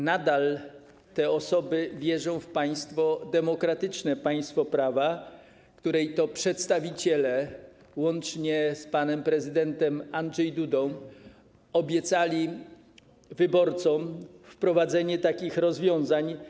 Nadal te osoby wierzą w państwo demokratyczne, państwo prawa, którego przedstawiciele łącznie z panem prezydentem Andrzejem Dudą obiecali wyborcom wprowadzenie takich rozwiązań.